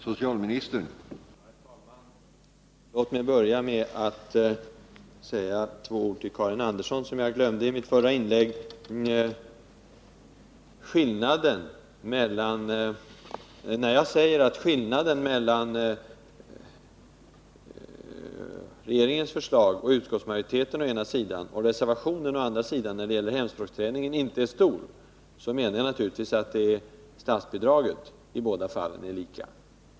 Herr talman! Låt mig börja med att säga ett par ord till Karin Andersson, som jag glömde i mitt förra inlägg. När jag säger att skillnaden mellan regeringens och utskottsmajoritetens förslag å ena sidan och reservationen å andra sidan när det gäller hemspråksträningen inte är stor, menar jag naturligtvis att statsbidraget i de båda fallen ärlika stort.